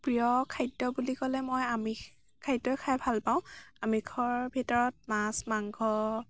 প্ৰিয় খাদ্য বুলি ক'লে মই আমিষ খাদ্যই খাই ভাল পাওঁ আমিষৰ ভিতৰত মাছ মাংস